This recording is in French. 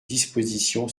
disposition